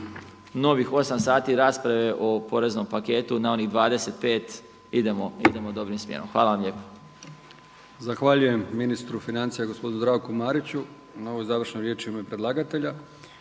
Novih osam sati rasprave o poreznom paketu na onih 25, idemo dobrim smjerom. Hvala vam lijepo. **Brkić, Milijan (HDZ)** Zahvaljujem ministru financija gospodinu Zdravku Mariću na ovoj završnoj riječ u ime predlagatelja.